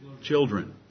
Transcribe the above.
children